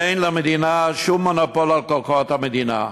אין למדינה שום מונופול על קרקעות המדינה.